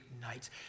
nights